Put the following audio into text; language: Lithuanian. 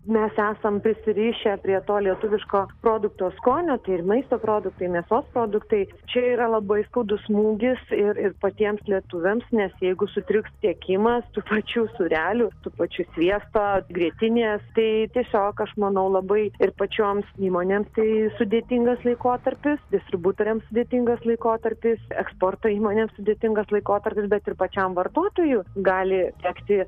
mes esam prisirišę prie to lietuviško produkto skonio tai ir maisto produktai mėsos produktai čia yra labai skaudus smūgis ir ir patiems lietuviams nes jeigu sutriks tiekimas tų pačių sūrelių ir tų pačių sviesto grietinės tai tiesiog aš manau labai ir pačioms įmonėms tai sudėtingas laikotarpis distributoriams sudėtingas laikotarpis eksporto įmonėms sudėtingas laikotarpis bet ir pačiam vartotojui gali tekti